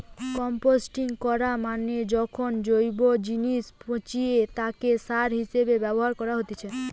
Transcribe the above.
composting করা মানে যখন জৈব জিনিসকে পচিয়ে তাকে সার হিসেবে ব্যবহার করেতিছে